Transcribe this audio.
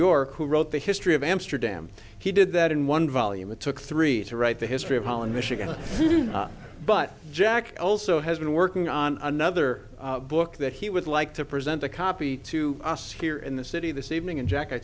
york who wrote the history of amsterdam he did that in one volume it took three to write the history of holland michigan but jack also has been working on another book that he would like to present a copy to us here in the city this evening and jack i